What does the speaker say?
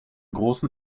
großen